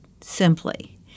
simply